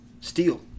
steel